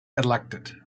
elected